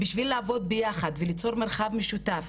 בשביל לעבוד ביחד וליצור מרחב משותף,